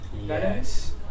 Yes